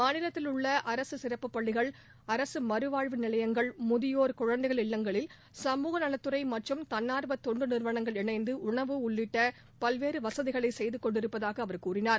மாநிலத்தில் உள்ள அரசு சிறப்பு பள்ளிகள் அரசு மறுவாழ்வு நிலையங்கள் முதியோர் குழந்தைகள் இல்லங்களில் சமூகநலத்துறை மற்றும் தன்னா்வ தொண்டு நிறுவனங்கள் இணைந்து உணவு உள்ளிட்ட பல்வேறு வசதிகளை செய்து கொடுத்திருப்பதாக அவர் தெரிவித்தார்